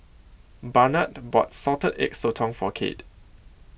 Barnard bought Salted Egg Sotong For Kade